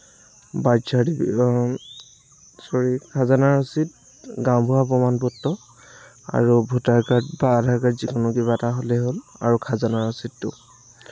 birth certificate চৰী খাজানা ৰচিদ গাঁও বুঢ়াৰ প্ৰমাণ পত্ৰ আৰু ভোটাৰ কাৰ্ড বা আধাৰ কাৰ্ড যিকোনো কিবা এটা হ'লেই হ'ল আৰু খাজানা ৰচিদটো